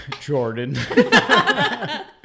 Jordan